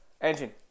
Engine